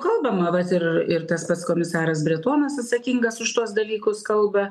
kalbama ir ir tas pats komisaras bretonas atsakingas už tuos dalykus kalba